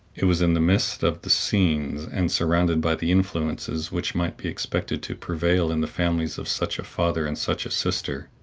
it was in the midst of the scenes, and surrounded by the influences which might be expected to prevail in the families of such a father and such a sister,